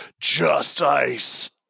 justice